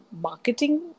marketing